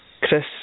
Chris